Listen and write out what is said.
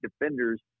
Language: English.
defenders